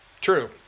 True